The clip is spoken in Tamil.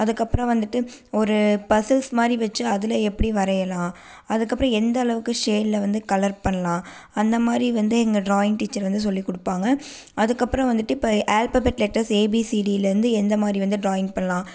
அதுக்கப்புறோம் வந்துட்டு ஒரு பஸில்ஸ் மாதிரி வச்சு அதில் எப்படி வரையலாம் அதுக்கப்புறோம் எந்தளவுக்கு ஷேட்டில் வந்து கலர் பண்ணலாம் அந்தமாதிரி வந்து எங்கள் ட்ராயிங் டீச்சர் வந்து சொல்லி கொடுப்பாங்க அதுக்கப்புறோம் வந்துட்டு இப்போ ஆல்பபெட் லெட்டர்ஸ் ஏபிசிடிலருந்து எந்தமாதிரி வந்து ட்ராயிங் பண்ணலாம்